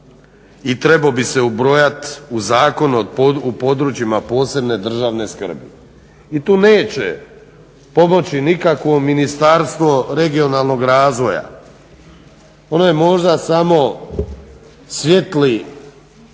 i trebalo bi se ubrojati u Zakon o područjima od posebne državne skrbi. I tu neće pomoći nikakvo Ministarstvo regionalnog razvoja. Ono je možda samo svijetli